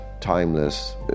timeless